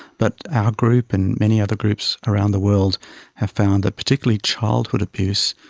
but our group and many other groups around the world have found that particularly childhood abuse,